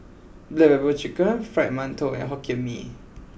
Black Pepper Chicken Fried Mantou and Hokkien Mee